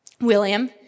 william